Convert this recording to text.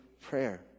prayer